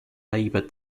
labor